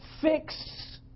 Fix